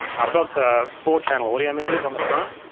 i've got the four channel audio meters on the front